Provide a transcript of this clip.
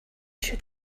should